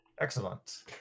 Excellent